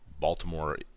Baltimore